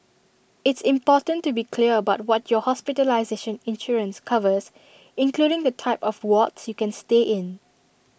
it's important to be clear about what your hospitalization insurance covers including the type of wards you can stay in